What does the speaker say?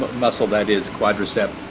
muscle that is, quadriceps,